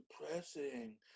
depressing